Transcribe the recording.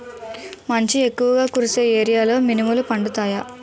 మంచు ఎక్కువుగా కురిసే ఏరియాలో మినుములు పండుతాయా?